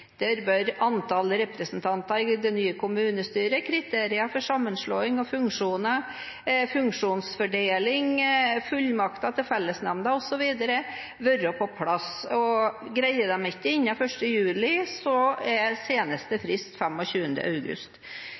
Der bør antall representanter i det nye kommunestyret, kriterier for sammenslåing og funksjonsfordeling, fullmakter til fellesnemnda osv. være på plass. Greier de ikke det innen 1. juli, er seneste frist 25. august.